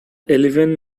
eleven